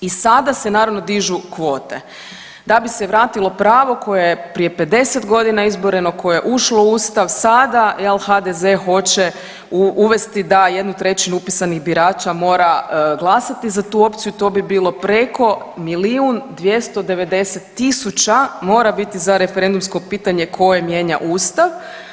I sada se naravno dižu kvote da bi se vratilo pravo koje je prije 50 godina izboreno, koje je ušlo u Ustav sada jel HDZ hoće uvesti da 1/3 upisanih birača mora glasati za tu opciju, to bi bilo preko milijun 290 tisuća mora biti za referendumsko pitanje koje mijenja Ustav.